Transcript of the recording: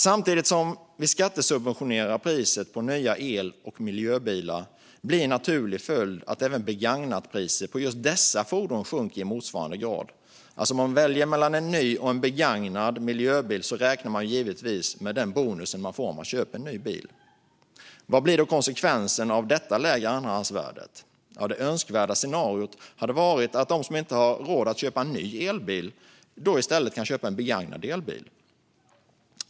Samtidigt som vi skattesubventionerar priset på nya el och miljöbilar blir en naturlig följd att även begagnatpriset på just dessa fordon sjunker i motsvarande grad. Om man väljer mellan en ny och en begagnad miljöbil räknar man givetvis med den bonus man får om man köper en ny bil. Vad blir då konsekvensen av detta lägre andrahandsvärde? Det önskvärda scenariot hade varit att de som inte har råd att köpa en ny elbil i stället kunde köpa en begagnad elbil.